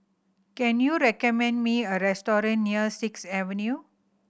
can you recommend me a restaurant near Sixth Avenue